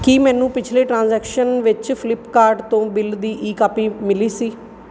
ਕੀ ਮੈਨੂੰ ਪਿਛਲੇ ਟ੍ਰਾਂਜੈਕਸ਼ਨ ਵਿੱਚ ਫਲਿੱਪਕਾਰਟ ਤੋਂ ਬਿੱਲ ਦੀ ਈ ਕਾਪੀ ਮਿਲੀ ਸੀ